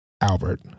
Albert